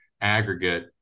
aggregate